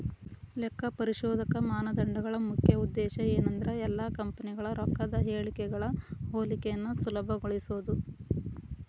ಲೆಕ್ಕಪರಿಶೋಧಕ ಮಾನದಂಡಗಳ ಮುಖ್ಯ ಉದ್ದೇಶ ಏನಂದ್ರ ಎಲ್ಲಾ ಕಂಪನಿಗಳ ರೊಕ್ಕದ್ ಹೇಳಿಕೆಗಳ ಹೋಲಿಕೆಯನ್ನ ಸುಲಭಗೊಳಿಸೊದು